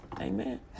Amen